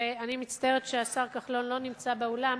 ואני מצטערת שהשר כחלון לא נמצא באולם,